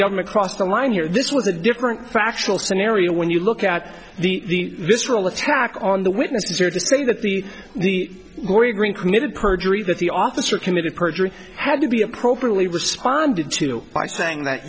government crossed the line here this was a different factual scenario when you look at the visceral attack on the witnesses here to say that the the green committed perjury that the officer committed perjury had to be appropriately responded to by saying that